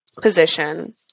position